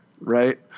right